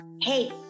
Hey